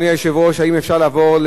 האם אפשר לעבור לקריאה שלישית?